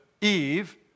Eve